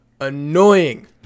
annoying